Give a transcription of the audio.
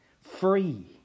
free